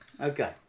Okay